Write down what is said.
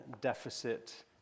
deficit